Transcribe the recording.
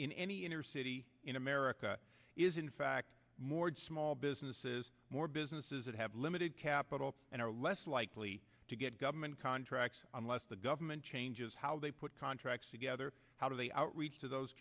in any inner city in america is in fact mord small businesses more businesses that have limited capital and are less likely to get government contracts unless the government changes how they put contracts together how do they outreach to those